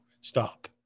Stop